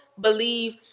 believe